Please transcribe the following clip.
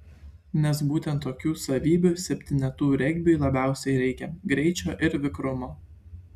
nes būtent tokių savybių septynetų regbiui labiausiai reikia greičio ir vikrumo